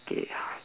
okay